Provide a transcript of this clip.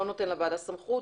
לא נותן לוועדה סמכות,